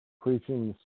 preaching